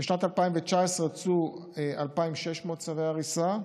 בשנת 2019 הוצאו 2,600 צווי הריסה.